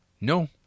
no